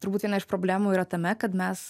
turbūt viena iš problemų yra tame kad mes